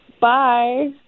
bye